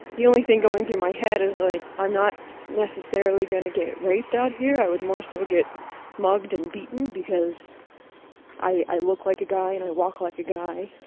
the only thing going through my head is like i'm not necessarily going to get raped out here, i would more so get mugged and beaten because i i look like a guy and i walk like a guy.